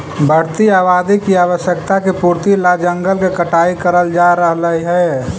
बढ़ती आबादी की आवश्यकता की पूर्ति ला जंगल के कटाई करल जा रहलइ हे